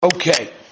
Okay